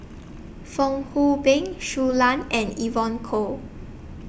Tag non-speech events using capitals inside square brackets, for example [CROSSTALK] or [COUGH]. [NOISE] Fong Hoe Beng Shui Lan and Evon Kow